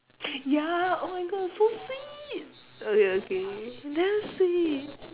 ya oh my god so sweet okay okay damn sweet